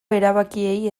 erabakiei